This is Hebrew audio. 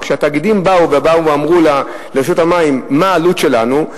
כשהתאגידים באו ואמרו לרשות המים: מה העלות שלנו,